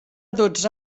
dotze